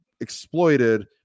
exploited